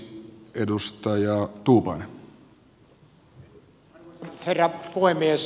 arvoisa herra puhemies